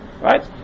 right